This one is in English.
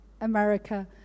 America